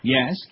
Yes